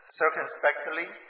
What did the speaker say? circumspectly